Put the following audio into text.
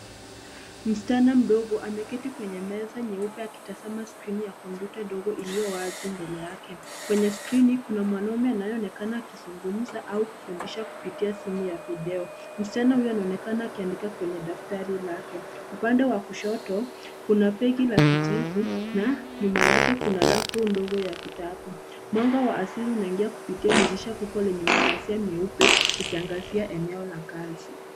Msichana mdogo ameketi kwenye meza nyeupe akitazama skrini ya kompyuta ndogo iliyo wazi mbele yake. Kwenye skrini kuna mwanaume anyeonekana akizungumza au kufundisha kupitia simu ya video. Msichana huyo anaonekana akiandika kwenye daftari lake. Upande wa kushoto kuna begi la kijivu na nyuma yake kuna rafu ndogo ya vitabu. Mwanga wa asili unaingia kupitia dirisha kubwa lenye mapazia meupe ikiangazia eneo la kazi.